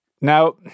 Now